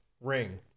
ring